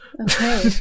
Okay